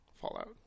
Fallout